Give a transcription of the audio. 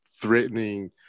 threatening